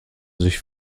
sich